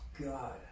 God